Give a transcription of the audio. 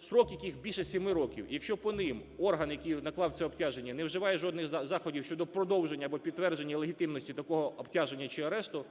строк, яких більше 7 років, якщо по ним орган, який наклав це обтяження, не вживає жодних заходів щодо продовження або підтвердження легітимності такого обтяження чи арешту,